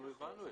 אנחנו הבנו.